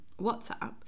WhatsApp